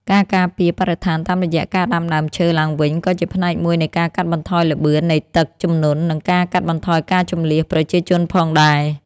ការការពារបរិស្ថានតាមរយៈការដាំដើមឈើឡើងវិញក៏ជាផ្នែកមួយនៃការកាត់បន្ថយល្បឿននៃទឹកជំនន់ និងការកាត់បន្ថយការជម្លៀសប្រជាជនផងដែរ។